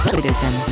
Citizen